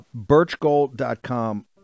Birchgold.com